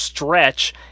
Stretch